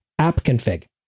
appconfig